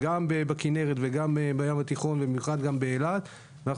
גם בכינרת וגם בים התיכון ובאילת אנחנו